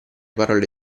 parole